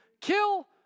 kill